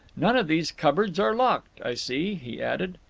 none of these cupboards are locked, i see, he added.